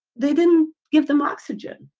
they didn't give them oxygen.